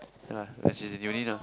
ya lah like she's in uni now